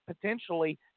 potentially